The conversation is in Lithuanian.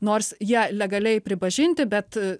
nors jie legaliai pripažinti bet